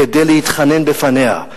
כדי להתחנן בפניה: